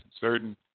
certain